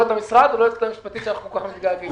לא את המשרד ולא את היועצת המשפטית שאנחנו כל כך מתגעגעים אליה.